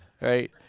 right